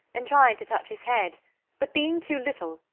and tried to touch his head but being too little,